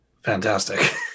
Fantastic